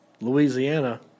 Louisiana